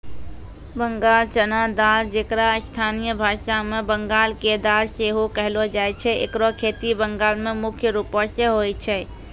बंगाल चना दाल जेकरा स्थानीय भाषा मे बंगाल के दाल सेहो कहलो जाय छै एकरो खेती बंगाल मे मुख्य रूपो से होय छै